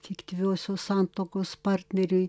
fiktyviosios santuokos partneriui